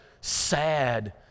sad